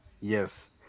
Yes